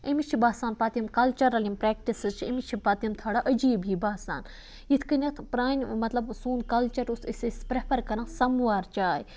أمِس چھِ باسان پَتہٕ یم کَلچرَل یِم پریٚکٹِسِز چھِ أمِس چھِ پَتہٕ یِم تھوڑا عجیٖب ہی باسان یِتھ کٔنیٚتھ پرٛانہِ مَطلَب سون کَلچَر اوس أسۍ ٲسۍ پریٚفر کَران سَموار چاے